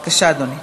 בבקשה, אדוני.